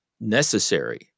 necessary